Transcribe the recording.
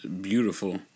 beautiful